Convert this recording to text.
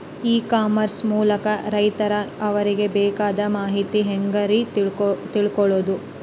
E commerce ಮೂಲಕ ರೈತರು ಅವರಿಗೆ ಬೇಕಾದ ಮಾಹಿತಿ ಹ್ಯಾಂಗ ರೇ ತಿಳ್ಕೊಳೋದು?